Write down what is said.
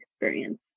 experience